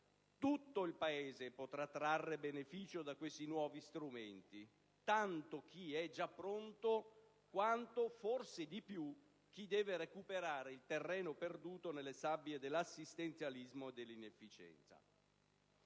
Tutto il Paese potrà trarre beneficio da questi nuovi strumenti, tanto chi è già pronto quanto, e forse di più, chi deve recuperare il terreno perduto nelle sabbie dell'assistenzialismo e dell'inefficienza.